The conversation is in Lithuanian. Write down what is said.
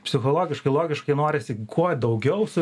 psichologiškai logiškai norisi kuo daugiau su